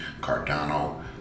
cardano